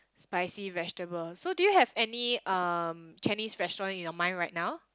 spicy vegetables so do you have any um Chinese restaurant in your mind right now